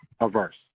averse